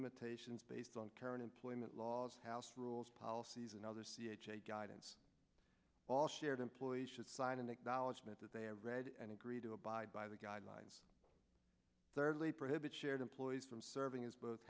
limitations based on current employment laws house rules policies and other guidance all shared employees should sign an acknowledgement that they are read and agreed to abide by the guidelines thirdly prohibit shared employees from serving as both